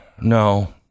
no